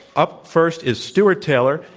up first is stuart taylor.